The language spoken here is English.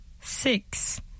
six